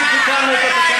לחקירה, זאת אמירה ערכית.